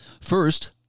First